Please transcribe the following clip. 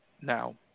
now